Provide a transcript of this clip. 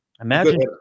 Imagine